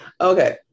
Okay